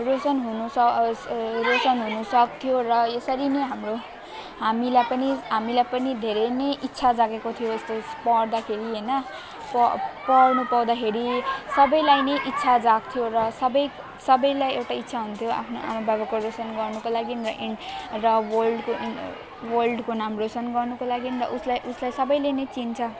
रोसन हुनु स रोसन हुनसक्थ्यो र यसरी नै हाम्रो हामीलाई पनि हामीलाई पनि धेरै नै इच्छा जागेको थियो पढ्दाखेरि होइन प पढ्नु पाउँदाखेरि सबैलाई नै इच्छा जाग्थ्यो र सबै सबैलाई एउटा इच्छा हुन्थ्यो आफ्नो आमाबाबाको रोसन गर्नुको लागि र वर्ल्डको नि वर्ल्डको नाम रोसन गर्नुको लागि र उसलाई उसलाई सबैले नै चिन्छ